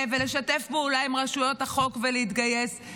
ולשתף פעולה עם רשויות החוק ולהתגייס.